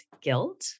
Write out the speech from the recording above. guilt